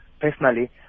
personally